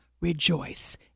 rejoice